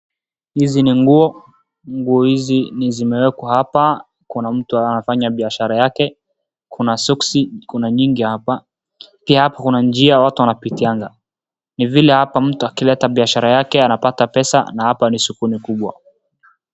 Hizi ni nguo. Nguo hizi ni zimewekwa hapa. Kuna mtu anafanya biashara yake. Kuna soksi, kuna nyingi hapa. Pia hapa kuna njia watu wanapitianga. Ni vile hapa mtu akileta biashara yake anapata pesa na hapa ni sokoni kubwa.